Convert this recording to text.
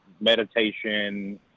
meditation